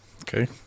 okay